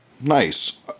Nice